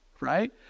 right